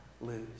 lose